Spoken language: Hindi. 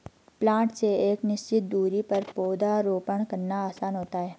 प्लांटर से एक निश्चित दुरी पर पौधरोपण करना आसान होता है